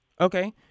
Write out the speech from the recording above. Okay